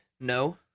no